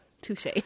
touche